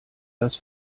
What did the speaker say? das